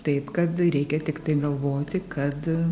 taip kad reikia tiktai galvoti kad